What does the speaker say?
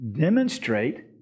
demonstrate